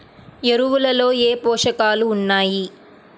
ఎరువులలో ఏ పోషకాలు ఉన్నాయి?